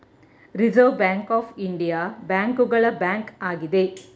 reserve bank of India ಬ್ಯಾಂಕುಗಳ bank ಆಗಿದೆ